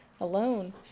alone